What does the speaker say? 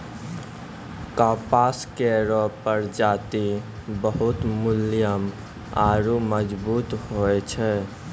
कपास केरो प्रजाति बहुत मुलायम आरु मजबूत होय छै